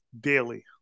daily